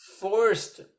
Forced